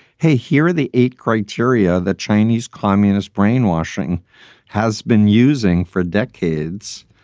hey, here are the eight criteria that chinese communist brainwashing has been using for decades.